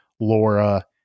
Laura